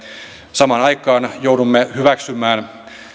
samaan aikaan joudumme hyväksymään